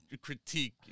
critique